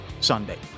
Sunday